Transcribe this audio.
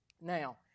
Now